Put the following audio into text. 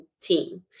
team